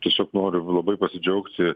tiesiog noriu labai pasidžiaugti